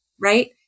right